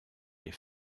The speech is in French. les